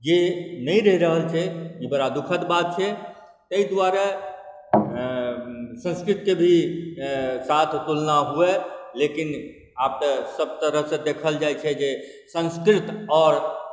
जे नहि रहि रहल छै ई बड़ा दुखद बात छै ताहि दुआरे संस्कृतके भी साथ तुलना हुअए लेकिन आब तऽ सब तरहसँ देखल जाइ छै जे संस्कृत आओर